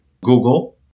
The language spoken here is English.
Google